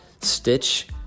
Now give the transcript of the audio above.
stitch